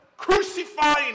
crucifying